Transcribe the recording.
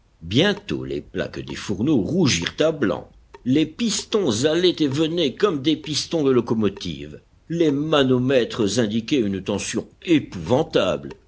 bientôt les plaques des fourneaux rougirent à blanc les pistons allaient et venaient comme des pistons de locomotive les manomètres indiquaient une tension épouvantable